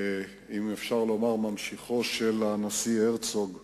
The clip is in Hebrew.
אם אפשר לומר ממשיכו של הנשיא הרצוג,